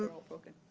um are ah broken.